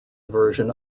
version